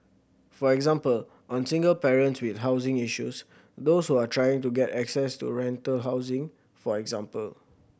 for example on single parents with housing issues those who are trying to get access to rental housing for example